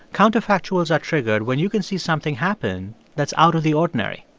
counterfactuals are triggered when you can see something happen that's out of the ordinary.